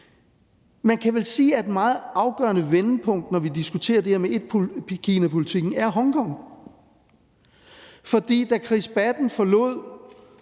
Man kan vel sige, at et meget afgørende vendepunkt, når vi diskuterer det her med etkinapolitikken, er Hongkong. For da Chris Patten –